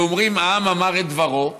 ואומרים: העם אמר את דברו,